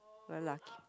very lucky